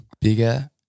Bigger